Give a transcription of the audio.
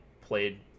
played